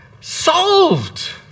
solved